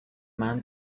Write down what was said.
man